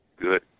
good